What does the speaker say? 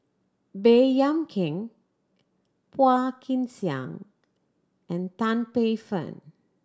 Baey Yam Keng Phua Kin Siang and Tan Paey Fern